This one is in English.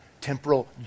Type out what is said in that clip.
temporal